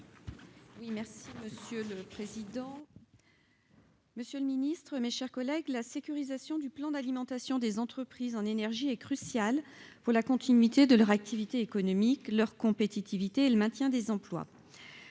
merci Monsieur le Président. Monsieur le Ministre, mes chers collègues, la sécurisation du plan d'alimentation des entreprises en énergie est cruciale pour la continuité de leur activité économique, leur compétitivité et le maintien des emplois